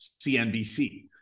CNBC